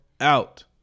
out